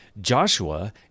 Joshua